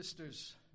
sisters